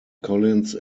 collins